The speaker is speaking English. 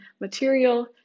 material